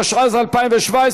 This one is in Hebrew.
התשע"ז 2017,